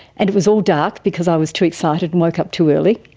and it was all dark because i was too excited and woke up too early.